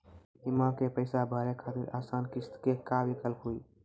बीमा के पैसा भरे खातिर आसान किस्त के का विकल्प हुई?